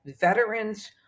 veterans